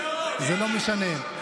זה לא משנה,